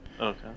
okay